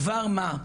דבר מה,